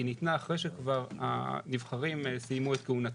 ניתנה אחרי שכבר הנבחרים סיימו את כהונתם.